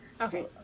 okay